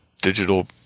digital